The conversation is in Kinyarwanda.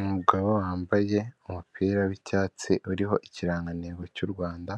Umugabo wambaye umupira w'icyatsi uriho ikirangantego cy'u Rwanda